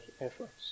efforts